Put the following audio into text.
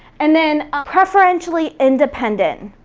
and then ah preferentially independent.